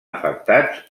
afectats